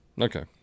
Okay